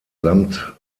samt